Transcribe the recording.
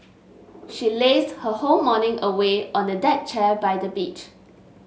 she lazed her whole morning away on a deck chair by the beach